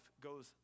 goes